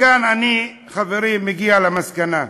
מכאן אני, חברים, מגיע למסקנה: